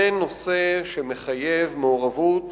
זה נושא שמחייב מעורבות